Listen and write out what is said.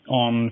on